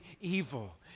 evil